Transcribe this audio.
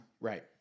Right